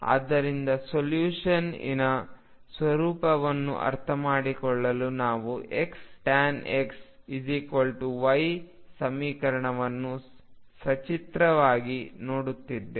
ಆದ್ದರಿಂದ ಸೊಲ್ಯುಷನ್ಇನ ಸ್ವರೂಪವನ್ನು ಅರ್ಥಮಾಡಿಕೊಳ್ಳಲು ನಾವು X tan XY ಸಮೀಕರಣವನ್ನು ಸಚಿತ್ರವಾಗಿ ನೋಡುತ್ತೇವೆ